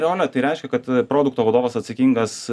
rolė tai reiškia kad produkto vadovas atsakingas